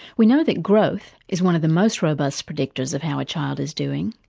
we know that growth is one of the most robust predictors of how a child is doing,